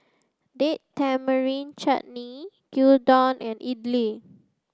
date Tamarind Chutney Gyudon and Idili